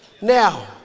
Now